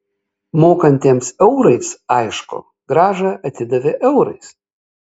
mokantiems eurais aišku grąžą atidavė eurais